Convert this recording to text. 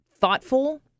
thoughtful